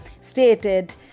stated